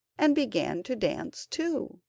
and began to dance too.